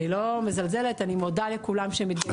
אני לא מזלזלת, אני מודה לכולם שהם מתגייסים.